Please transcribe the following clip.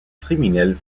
criminels